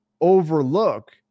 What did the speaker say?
overlook